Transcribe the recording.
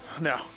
No